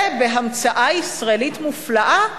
ובהמצאה ישראלית מופלאה,